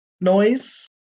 noise